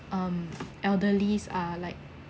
um elderlies are like